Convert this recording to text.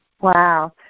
Wow